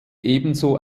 ebenso